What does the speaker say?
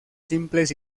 simples